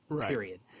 period